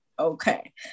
okay